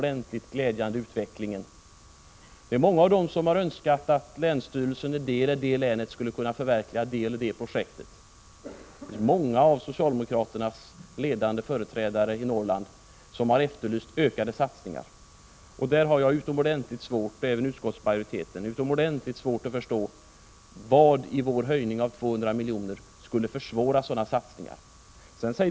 Det är många av dem som har önskat att länsstyrelser i olika län skulle förverkliga det eller det projektet. Det är många av socialdemokraternas ledande företrädare i Norrland som har efterlyst ökade satsningar. Jag och utskottsmajoriteten har utomordentligt svårt att förstå varför vår höjning med 200 miljoner skulle försvåra sådana satsningar.